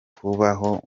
kubaho